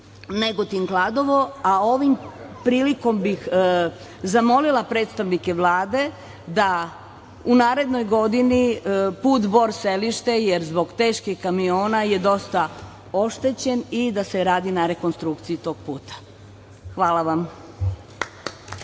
Negotin-Kladovo. Ovom prilikom bih zamolila predstavnike Vlade da u narednoj godini put Bor-Selište, jer zbog teških kamiona je dosta oštećen i da se radi na rekonstrukciji tog puta. Hvala vam.